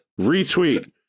retweet